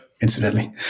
incidentally